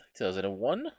2001